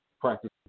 practice